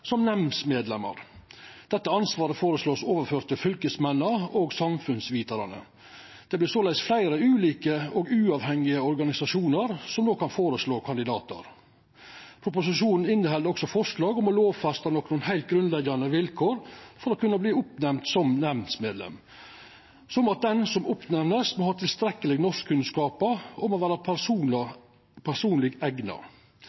som nemndsmedlemer. Dette ansvaret vert føreslått overført til fylkesmennene og Samfunnsviterne. Det vert såleis fleire ulike og uavhengige organisasjonar som no kan føreslå kandidatar. Proposisjonen inneheld òg forslag om å lovfesta nokre heilt grunnleggjande vilkår for å kunne verta utnemnd som nemndsmedlem, som at den som vert utnemnd, må ha tilstrekkelege norskkunnskapar og vera personleg eigna.